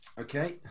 Okay